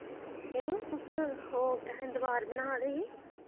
यरो तुस ओह् दवार बना दे हे